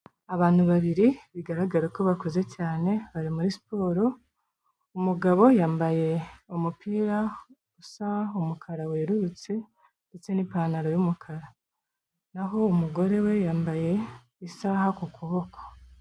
Abantu babiri bigaragara ko bakuze cyane bari muri siporo, umugabo yambaye umupira usa umukara werurutse ndetse n'ipantaro y'umukara, na ho umugore we yambaye isaha ku kuboko.